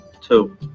Two